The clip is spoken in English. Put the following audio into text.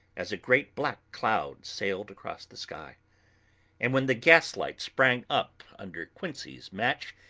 as a great black cloud sailed across the sky and when the gaslight sprang up under quincey's match,